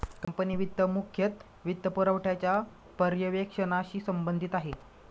company वित्त मुख्यतः वित्तपुरवठ्याच्या पर्यवेक्षणाशी संबंधित आहे